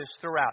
throughout